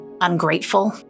ungrateful